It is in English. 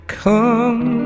come